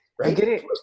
Right